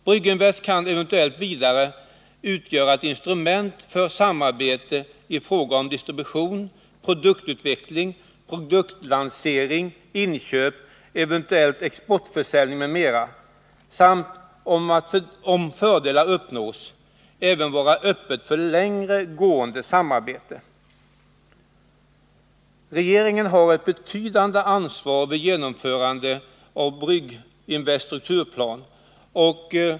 Brygginvest kan eventuellt vidare utgöra ett instrument för samarbete ifråga om distribution, produktutveckling, produktlansering, inköp, eventuell exportförsäljning m.m. samt, om fördelar kan uppnås, även vara öppet för ett längre gående samarbete.” Regeringen har ett betydande ansvar vid genomförandet av Brygginvests strukturplan.